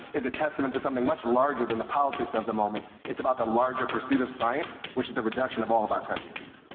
is a testament to something much larger than the politics of the moment. it's about the larger pursuit of science, which is the reduction of all of our prejudices.